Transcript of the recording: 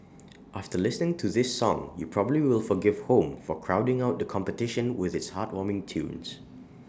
after listening to this song you probably will forgive home for crowding out the competition with its heartwarming tunes